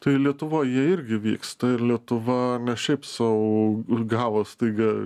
tai lietuvoj jie irgi vyksta ir lietuva ne šiaip sau gavo staiga